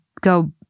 go